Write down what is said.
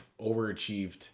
overachieved